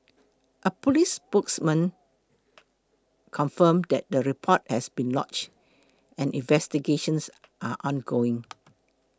a police spokesman confirmed that the report has been lodged and investigations are ongoing